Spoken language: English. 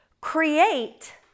create